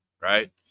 Right